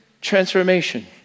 transformation